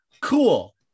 Cool